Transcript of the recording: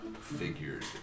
figures